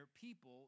people